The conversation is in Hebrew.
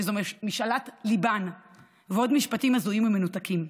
שזו משאלת ליבן ועוד משפטים הזויים ומנותקים.